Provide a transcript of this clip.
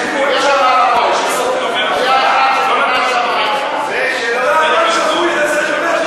בבקשה, חבר הכנסת ברכה.